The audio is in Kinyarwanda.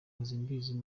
mpozembizi